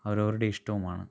അവരവരുടെയിഷ്ടവുമാണ്